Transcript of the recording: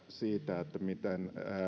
siitä miten